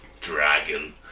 Dragon